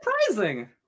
surprising